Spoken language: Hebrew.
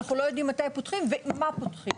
אנחנו לא יודעים מתי פותחים ועם מה פותחים.